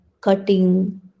cutting